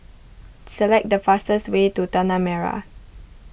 select the fastest way to Tanah Merah